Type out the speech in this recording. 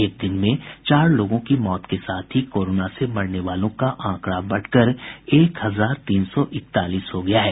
एक दिन में चार लोगों की मौत के साथ ही कोरोना से मरने वालों का आंकड़ा बढ़कर एक हजार तीन सौ इकतालीस हो गया है